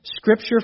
Scripture